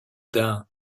dun